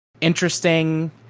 interesting